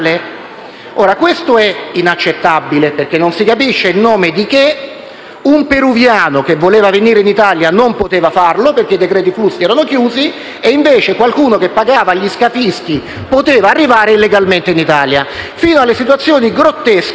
Questo è inaccettabile, perché non si capisce in nome di cosa un peruviano che voleva venire in Italia non poteva farlo perché i decreti flussi non lo permettevano, mentre qualcuno che pagava gli scafisti poteva arrivare illegalmente in Italia. Si arriva poi alle situazioni grottesche